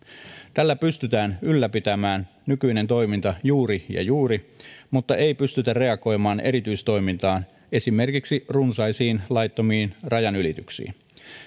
tällä pystytään ylläpitämään nykyinen toiminta juuri ja juuri mutta ei pystytä reagoimaan erityistoimintaan esimerkiksi runsaisiin laittomiin rajanylityksiin